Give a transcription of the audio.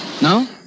No